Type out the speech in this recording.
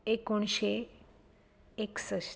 एकोणशें एकसश्ट